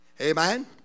Amen